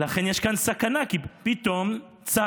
ולכן יש כאן סכנה, כי פתאום צה"ל